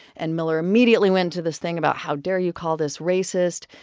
and miller immediately went to this thing about, how dare you call this racist?